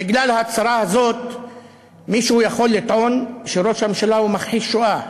בגלל ההצהרה הזאת מישהו יכול לטעון שראש הממשלה הוא מכחיש שואה.